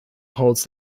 holds